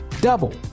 double